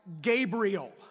Gabriel